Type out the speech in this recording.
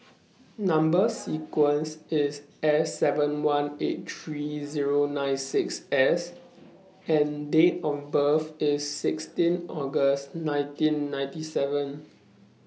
Number sequence IS S seven one eight three Zero nine six S and Date of birth IS sixteen August nineteen ninety seven